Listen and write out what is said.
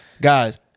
guys